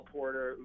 Porter